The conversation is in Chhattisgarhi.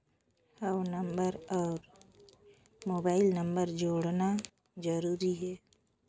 हव नंबर अउ मोबाइल नंबर जोड़ना जरूरी हे?